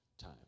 time